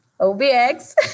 OBX